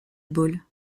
ball